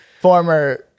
former